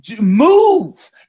move